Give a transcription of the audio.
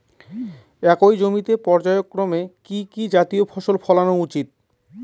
একই জমিতে পর্যায়ক্রমে কি কি জাতীয় ফসল ফলানো উচিৎ?